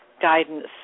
guidance